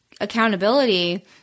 accountability